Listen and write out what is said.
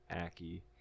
aki